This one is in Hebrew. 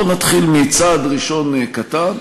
בוא נתחיל מצעד ראשון קטן,